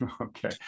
Okay